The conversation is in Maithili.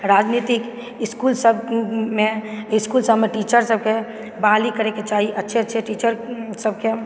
राजनितिक इसकुल सबमे इसकुल सबमे टीचर सबके बहाली करैके चाही अच्छे अच्छे टीचर सबकेँ